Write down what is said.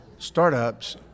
startups